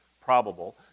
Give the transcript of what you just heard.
probable